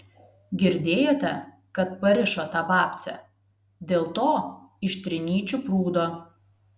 girdėjote kad parišo tą babcę dėl to iš trinyčių prūdo